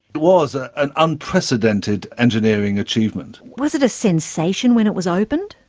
it was ah an unprecedented engineering achievement. was it a sensation when it was opened?